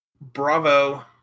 bravo